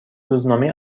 روزنامه